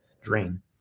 drain